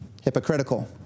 hypocritical